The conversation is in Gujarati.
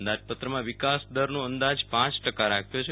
અંદાજપત્રમાં વિકાસદરનો અંદાજ પાંચ ટકા રાખ્યો છે